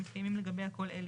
אם מתקיימים לגביה כל אלה: